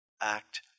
act